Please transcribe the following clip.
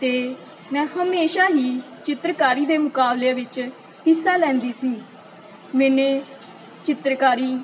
ਅਤੇ ਮੈਂ ਹਮੇਸ਼ਾ ਹੀ ਚਿੱਤਰਕਾਰੀ ਦੇ ਮੁਕਾਬਲੇ ਵਿੱਚ ਹਿੱਸਾ ਲੈਂਦੀ ਸੀ ਮੈਨੇ ਚਿੱਤਰਕਾਰੀ